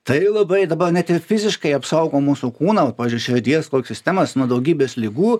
tai labai dabar net ir fiziškai apsaugo mūsų kūną vat pavyzdžiui širdies sistemas nuo daugybės ligų